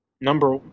number